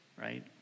right